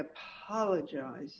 apologize